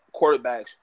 quarterbacks